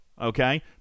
okay